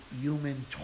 human